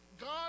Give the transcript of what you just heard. God